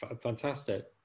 fantastic